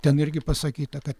ten irgi pasakyta kad